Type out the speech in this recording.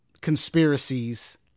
conspiracies